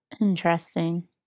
Interesting